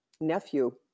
nephew